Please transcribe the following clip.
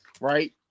right